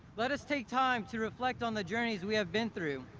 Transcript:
let us take time to reflect on the journeys we have been through,